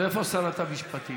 ואיפה שרת המשפטים?